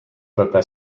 papa